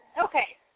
Okay